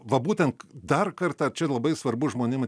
va būtent dar kartą čia labai svarbu žmonėm